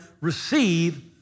receive